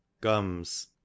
gums